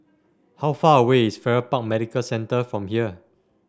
how far away is Farrer Park Medical Centre from here